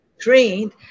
trained